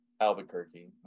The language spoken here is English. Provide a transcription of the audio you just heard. Albuquerque